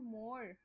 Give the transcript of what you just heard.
more